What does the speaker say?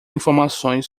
informações